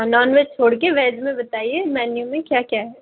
non veg छोड़ के veg में बताइए मेन्यू में क्या क्या है